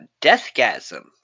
Deathgasm